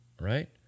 right